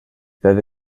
peuvent